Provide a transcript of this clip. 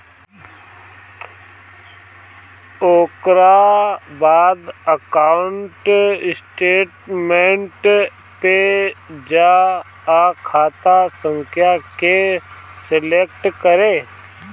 ओकरा बाद account statement पे जा आ खाता संख्या के सलेक्ट करे